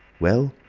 well?